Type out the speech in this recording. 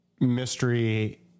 mystery